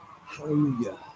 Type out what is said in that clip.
Hallelujah